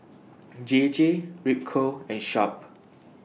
J J Ripcurl and Sharp